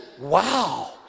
Wow